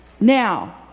Now